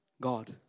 god